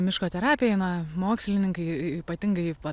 miško terapija na mokslininkai ypatingai vat